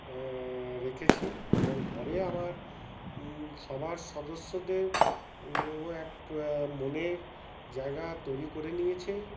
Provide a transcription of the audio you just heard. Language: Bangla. রেখেছি এবং ঘরে আমার সবার সদস্যদের ও এক মনের জায়গা তৈরি করে নিয়েছে